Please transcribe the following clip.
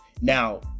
Now